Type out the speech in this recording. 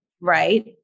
right